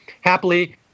happily